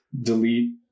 delete